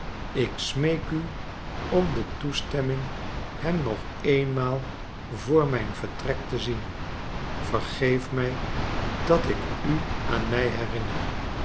ik smeek u om de toestemming hem nog eenmaal voor mijn vertrek te zien vergeef mij dat ik u aan mij herinner